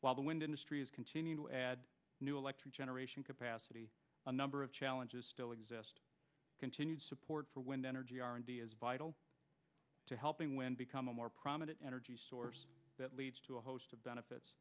while the wind industry has continued to add new electric generation capacity a number of challenges still exist continued support for wind energy r and d is vital to helping wind become a more prominent energy source that leads to a host of benefits